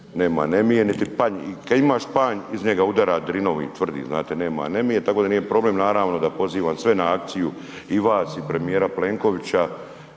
nema anemije, niti panj i kad imaš panj iz njega udara drinovi tvrdi znate nema anemije, tako da nije problem, naravno da pozivam sve na akciju i vas i premijera Plenkovića